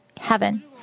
heaven